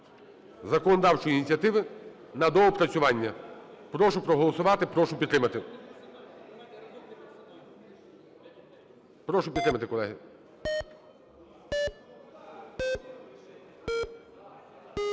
законодавчої ініціативи на доопрацювання. Прошу проголосувати, прошу підтримати. Прошу підтримати, колеги.